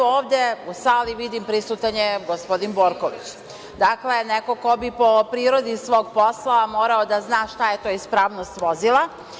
Ovde u sali vidim prisutan je gospodin Borković, dakle, neko ko bi po prirodi svog posla, morao da zna šta je to ispravnost vozila.